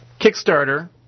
Kickstarter